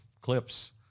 clips